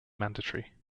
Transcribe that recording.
mandatory